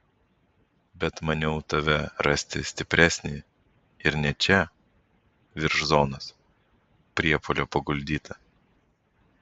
bet maniau tave rasti stipresnį ir ne čia virš zonos priepuolio paguldytą